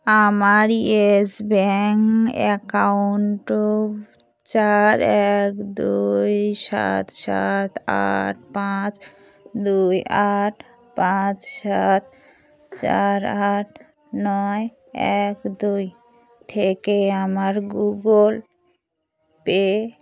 আমার Yes Bank অ্যাকাউন্টও চার এক দুই সাত সাত আট পাঁচ দুই আট পাঁচ সাত চার আট নয় এক দুই থেকে আমার গুগল পে